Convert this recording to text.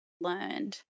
learned